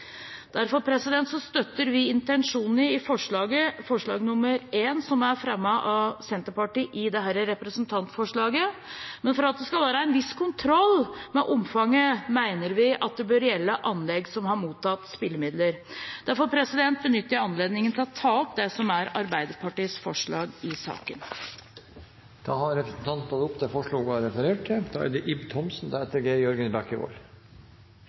Derfor støtter vi intensjonen i forslag 1 i dette representantforslaget, som er fremmet av Senterpartiet. Men for at det skal være en viss kontroll med omfanget, mener vi at det bør gjelde anlegg som har mottatt spillemidler. Derfor benytter jeg anledningen til å ta opp Arbeiderpartiets forslag i saken. Representanten Rigmor Aasrud har tatt opp det forslaget hun refererte til. I Troms idrettskrets legges det